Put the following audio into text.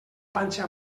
panxa